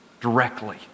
directly